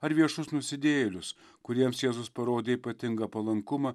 ar viešus nusidėjėlius kuriems jėzus parodė ypatingą palankumą